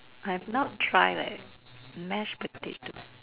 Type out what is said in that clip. I have not try leh mashed potato